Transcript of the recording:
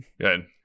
Good